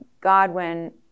Godwin